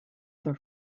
other